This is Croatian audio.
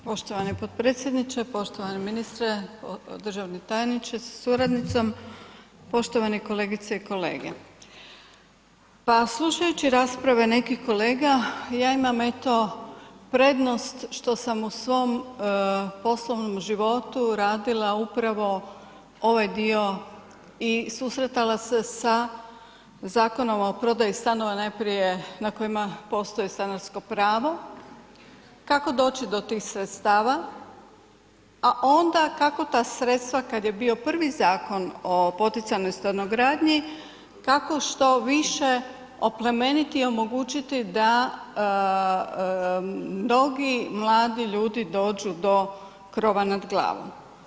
Poštovani potpredsjedniče, poštovani ministre državni tajniče sa suradnicom, poštovane kolegice i kolege, pa slušajući rasprave nekih kolega ja imam eto prednost što sam u svom poslovnom životu radila upravo ovaj dio i susretala se sa Zakonom o prodaji stanova najprije na kojima postoji stanarsko pravo, kako doći do tih sredstava, a onda kako ta sredstava kad je bio prvi Zakon o poticajnoj stanogradnji, kako što više oplemeniti i omogućiti da mnogi mladi ljudi dođu do krova nad glavom.